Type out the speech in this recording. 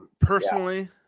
Personally